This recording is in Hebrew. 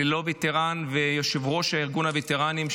ללא וטרן ויושב-ראש ארגון הווטרנים,